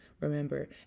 remember